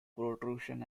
protrusion